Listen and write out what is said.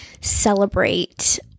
celebrate